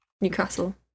Newcastle